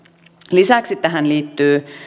lisäksi tähän liittyy